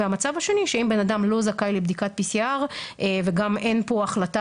והמצב השני שאם בן אדם לא זכאי לבדיקת PCR וגם אין פה החלטה